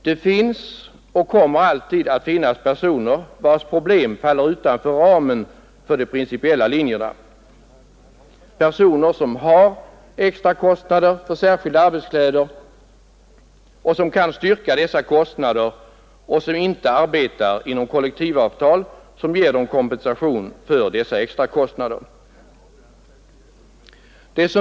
Det finns och kommer alltid att finnas personer vilkas problem faller utanför ramen för de principiella linjerna: personer som har extrakostnader för särskilda arbetskläder och kan styrka dessa kostnader och som inte arbetar under kollektivavtal som ger dem kompensation för dessa extrakostnader.